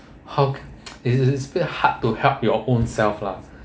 how c~ it's a bit hard to help your own self lah